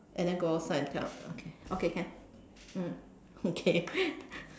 and then go outside and tell her okay okay can mm okay